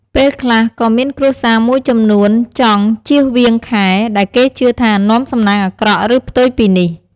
ពេលខ្លះក៏មានគ្រួសារមួយចំនួនចង់ជៀសរាងខែ ដែលគេជឿថានាំសំណាងអាក្រក់ ឬផ្ទុយពីនេះ។